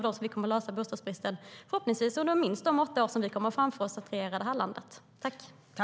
Men vi kommer att lösa bostadsbristen, förhoppningsvis under de minst åtta år vi kommer att ha framför oss som regering i det här landet.